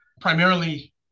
primarily